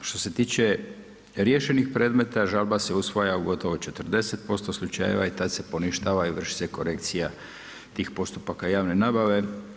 Što se tiče riješenih predmeta žalba se usvaja u gotovo 40% slučajeva i tad se poništava i vrši se korekcija tih postupaka javne nabave.